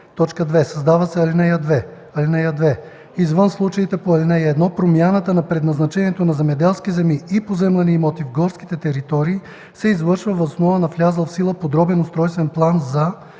2. Създава се ал. 2: „(2) Извън случаите по ал. 1, промяна на предназначението на земеделски земи и поземлени имоти в горските територии се извършва въз основа на влязъл в сила подробен устройствен план за: